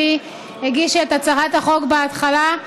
שהיא הגישה את הצעת החוק בהתחלה,